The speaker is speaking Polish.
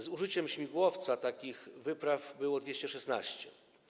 Z użyciem śmigłowca takich wypraw było 216.